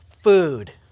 food